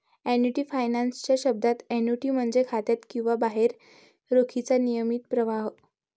annuity finance च्या शब्दात, annuity म्हणजे खात्यात किंवा बाहेर रोखीचा नियमित प्रवाह